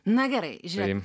na gerai žvėrim